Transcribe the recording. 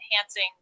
enhancing